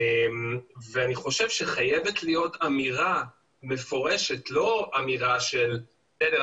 אני חושב שחייבת להיות אמירה מפורשת לא להגיד "אנחנו